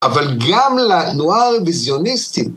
אבל גם לנוער ביזיוניסטי.